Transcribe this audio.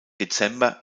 dezember